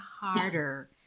harder